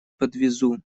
подвезу